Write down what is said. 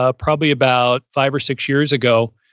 ah probably about five or six years ago,